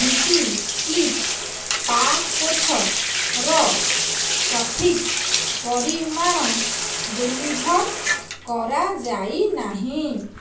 anti slip ପାପୋଛର ସଠିକ୍ ପରିମାଣ ଡ଼େଲିଭର୍ କରାଯାଇନାହିଁ